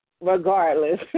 regardless